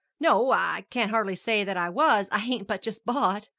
no i can't hardly say that i was. i hain't but just bought.